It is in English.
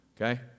Okay